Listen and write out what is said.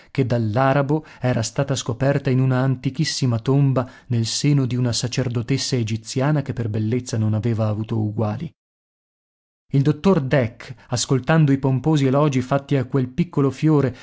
che dall'arabo era stata scoperta in una antichissima tomba nel seno di una sacerdotessa egiziana che per bellezza non aveva avuto uguali il dottor dek ascoltando i pomposi elogi fatti a quel piccolo fiore